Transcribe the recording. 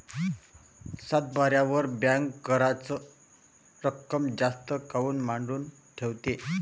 सातबाऱ्यावर बँक कराच रक्कम जास्त काऊन मांडून ठेवते?